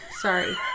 Sorry